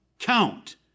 Count